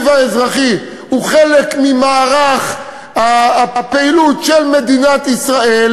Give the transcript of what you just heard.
והאזרחי הוא חלק ממערך הפעילות של מדינת ישראל.